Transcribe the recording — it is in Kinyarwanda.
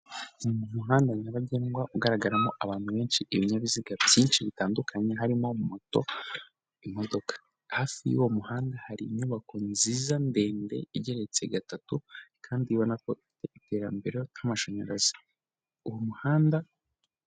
Mu muhanda nyabagendwa ugaragaramo abantu benshi ibinyabiziga byinshi bitandukanye harimo moto, imodoka. Hafi y'uwo muhanda hari inyubako nziza ndende igeretse gatatu kandi ubona ko ifite iterambere ry'amashanyarazi uwo muhanda.